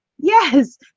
Yes